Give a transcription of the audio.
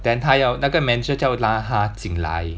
then 他要那个 manager 就要拉他进来